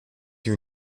your